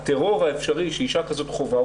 הטרור האפשרי שאישה כזאת חווה,